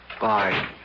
Bye